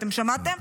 אתם שמעתם?